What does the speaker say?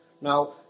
Now